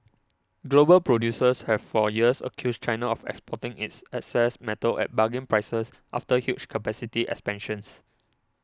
global producers have for years accused China of exporting its excess metal at bargain prices after huge capacity expansions